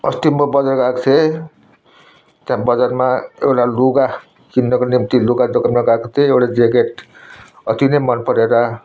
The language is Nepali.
अस्ति म बजार गएको थिएँ त्यहाँ बजारमा एउटा लुगा किन्नको निम्ति लुगा दोकानमा गएको थिएँ एउटा ज्याकेट अति नै मनपरेर